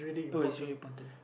two is really important